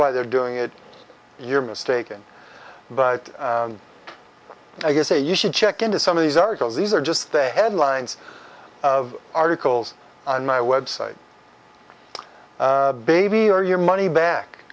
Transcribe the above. why they're doing it you're mistaken but i guess a you should check into some of these articles these are just a headlines of articles on my website baby or your money back